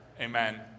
Amen